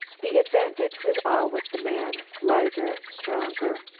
the advantage was all with the man. larger, stronger,